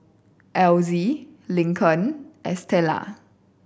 Elzy Lincoln Estela